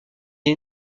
est